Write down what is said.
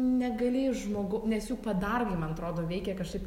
negali iš žmogau nes jų padargai man atrodo veikia kažkaip